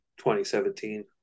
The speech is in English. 2017